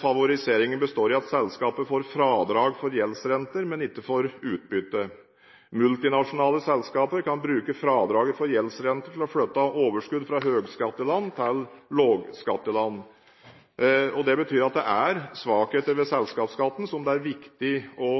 Favoriseringen består i at selskapet får fradrag for gjeldsrenter, men ikke for utbytte. Multinasjonale selskaper kan bruke fradraget for gjeldsrenter til å flytte overskudd fra høyskatteland til lavskatteland. Det betyr at det er svakheter ved selskapsskatten som det er viktig å